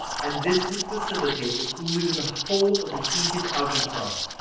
and this would facilitate the cooling of the whole of the heated outer crust,